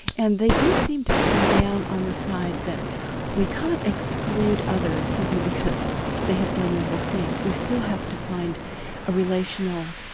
and they do seem to come down on the side that we can't exclude others simply because they have done evil things, we still have to find a relational,